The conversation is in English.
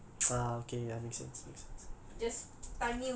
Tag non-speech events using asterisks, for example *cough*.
ya but plain lah இருந்தாதான்:irunthathan you know I can just *noise*